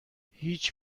هیچ